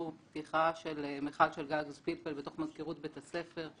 פתיחה של מיכל של גז פלפל בתוך מזכירות בית הספר.